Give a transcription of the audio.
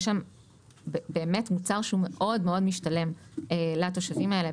שם באמת מוצר שהוא מאוד מאוד משתלם לתושבים האלה,